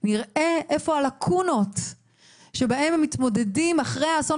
נראה איפה הלקונות שאיתם הם מתמודדים אחרי האסון